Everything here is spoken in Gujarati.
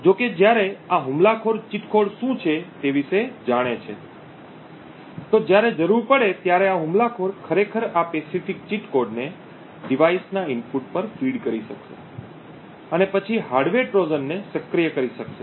જો કે જ્યારે આ હુમલાખોર ચીટ કોડ શું છે તે વિશે જાણે છે તો જ્યારે જરૂર પડે ત્યારે આ હુમલાખોર ખરેખર આ પેસિફિક ચીટ કોડને ડિવાઇસના ઇનપુટ પર ફીડ કરી શકશે અને પછી હાર્ડવેર ટ્રોજનને સક્રિય કરી શકશે